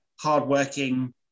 hardworking